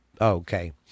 Okay